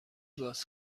باز